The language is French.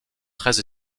très